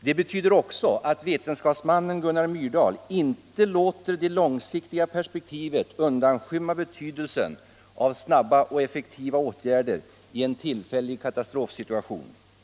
Det betyder också att ve Nr 142 tenskapsmannen Gunnar Myrdal inte låter det långsiktiga perspektivet Torsdagen den undanskymma betydelsen av snabba och effektiva åtgärder i en tillfällig 12 december 1974 kätastrofsituation.